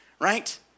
right